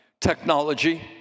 technology